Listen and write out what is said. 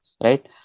right